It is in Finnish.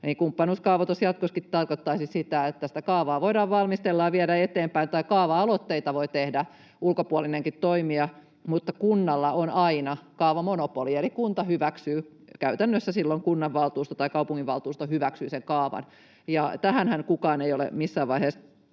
pöydällä on ollut, tarkoittaisi sitä, että kaavaa voidaan valmistella ja viedä eteenpäin tai kaava-aloitteita voi tehdä ulkopuolinenkin toimija mutta kunnalla on aina kaavamonopoli, eli kunta hyväksyy — käytännössä silloin kunnanvaltuusto tai kaupunginvaltuusto hyväksyy — sen kaavan. Tähänhän kukaan ei ole missään vaiheessa